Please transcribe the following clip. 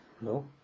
No